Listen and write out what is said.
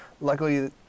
luckily